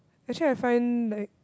actually I find like